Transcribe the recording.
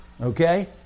Okay